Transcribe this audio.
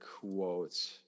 quotes